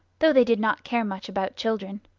though they did not care much about children.